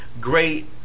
great